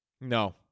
No